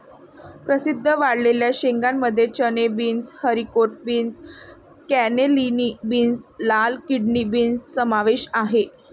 प्रसिद्ध वाळलेल्या शेंगांमध्ये चणे, beans, haricot beans, cannellini beans, लाल किडनी बीन्स समावेश आहे